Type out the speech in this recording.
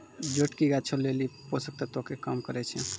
जोटकी गाछो लेली पोषक तत्वो के काम करै छै